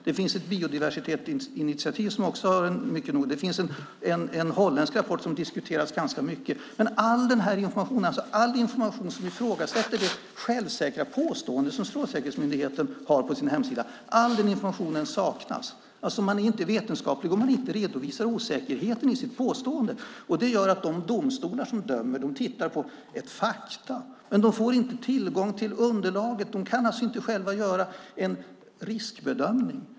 Det finns ett biouniversitetsinitiativ och det finns en holländsk rapport som diskuteras ganska mycket, men all den information som ifrågasätter det självsäkra påstående som Strålsäkerhetsmyndigheten har på sin hemsida saknas. Man är inte vetenskaplig om man inte redovisar osäkerheten i sitt påstående. Det innebär att de domstolar som dömer tittar på fakta men inte får tillgång till underlaget. De kan alltså inte själva göra en riskbedömning.